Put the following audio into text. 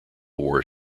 war